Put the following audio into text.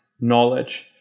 knowledge